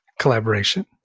collaboration